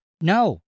No